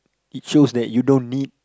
it shows that you don't need